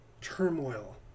turmoil